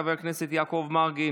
חבר הכנסת יעקב מרגי,